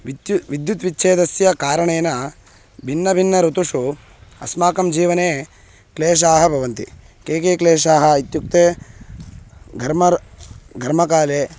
विद्युत् विद्युत् विच्छेदस्य कारणेन भिन्नभिन्न ऋतुषु अस्माकं जीवने क्लेशाः भवन्ति के के क्लेशाः इत्युक्ते घर्मरु घर्मकाले